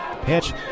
pitch